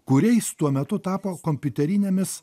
kuriais tuo metu tapo kompiuterinėmis